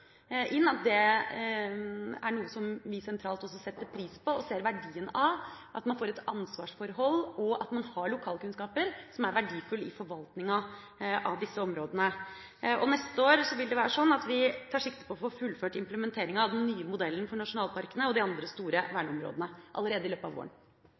inn – det er noe vi sentralt også setter pris på og ser verdien av – at man får et ansvarsforhold, og at man har lokalkunnskaper som er verdifulle i forvaltninga av disse områdene. Neste år tar vi sikte på å få fullført implementeringa av den nye modellen for nasjonalparkene og de andre store verneområdene – allerede i løpet av våren.